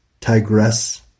tigress